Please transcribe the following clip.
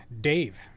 dave